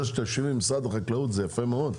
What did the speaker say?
זה שאתה יושב עם משרד החקלאות זה יפה מאוד,